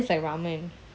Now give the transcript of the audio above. unless like ramen